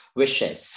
wishes